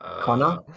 Connor